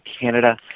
Canada